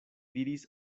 diris